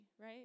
right